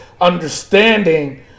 understanding